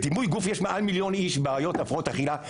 בדימוי גוף יש מעל מיליון איש עם בעיות והפרעות אכילה.